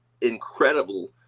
incredible